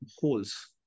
holes